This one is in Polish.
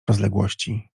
rozległości